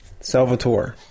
Salvatore